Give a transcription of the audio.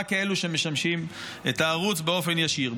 רק כאלה שמשמשים את הערוץ באופן ישיר.